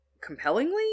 compellingly